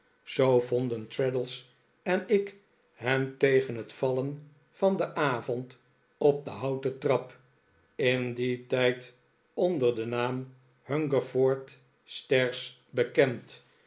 zoo vonden traddles en ik hen tegen het vallen van den ayond op de houten trap in dien tijd onder den naam hungerford stairs bekend